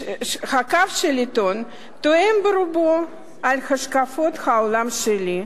הקו של העיתון תואם ברובו את השקפות העולם שלי,